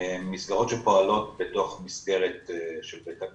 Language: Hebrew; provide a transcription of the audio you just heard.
מסגרות שפועלות בתוך מסגרת בתי